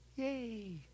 Yay